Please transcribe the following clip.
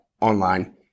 online